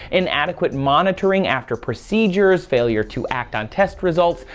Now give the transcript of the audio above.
inadequate monitoring after procedures failure to act on test results,